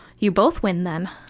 you both win then.